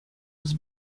was